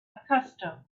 accustomed